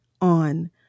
on